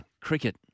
Cricket